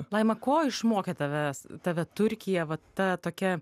laima ko išmokė tavęs tave turkija va ta tokia